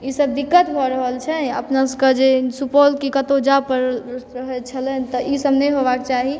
ई सब दिक्कत भऽ रहल छै अपना सभके जे सुपौल कि कतौ जाए पड़ल छलै तऽ ई सब नहि होबाक चाही